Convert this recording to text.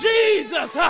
Jesus